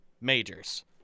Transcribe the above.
majors